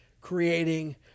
creating